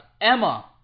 Emma